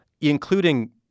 including